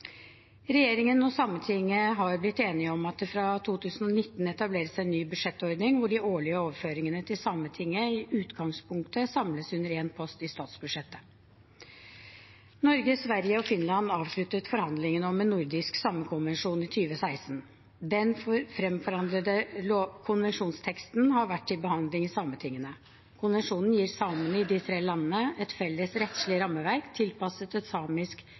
Regjeringen og Sametinget har blitt enige om at det fra 2019 skal etableres en ny budsjettordning, hvor de årlige overføringene til Sametinget i utgangspunktet samles under én post i statsbudsjettet. Norge, Sverige og Finland avsluttet forhandlingene om en nordisk samekonvensjon i 2016. Den fremforhandlede konvensjonsteksten har vært til behandling i sametingene. Konvensjonen gir samene i de tre landene et felles rettslig rammeverk, tilpasset en samisk–nordisk kontekst. Et